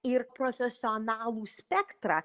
ir profesionalų spektrą